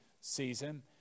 season